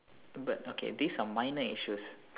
but okay these are minor issues